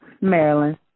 Maryland